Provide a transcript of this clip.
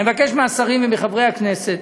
אני מבקש מהשרים ומחברי הכנסת